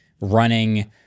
running